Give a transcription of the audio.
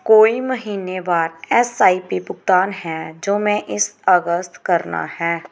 ਕੋਈ ਮਹੀਨੇਵਾਰ S I P ਭੁਗਤਾਨ ਹੈ ਜੋ ਮੈਂ ਇਸ ਅਗਸਤ ਕਰਨਾ ਹੈ